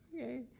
Okay